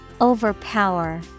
Overpower